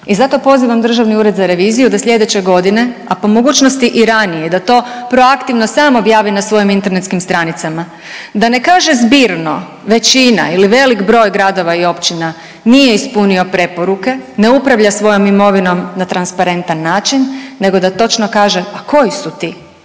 I zato pozivam Državni ured za reviziju da sljedeće godine, a po mogućnosti i ranije da to proaktivno sam objavi na svojim internetskim stranicama, da ne kaže zbirno većina ili velik broj gradova i općina nije ispunio preporuke, ne upravlja svojom imovinom na transparentan način nego da točno kaže, a koji su ti